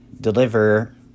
deliver